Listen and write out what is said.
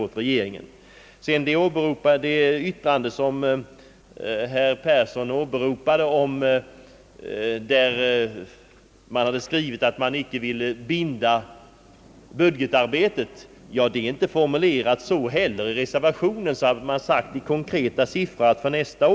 Med anledning av det av herr Persson åberopade yttrandet om att riksdagen icke vill binda budgetarbetet måste jag säga att det inte heller talas om några konkreta siffror i vår reservation.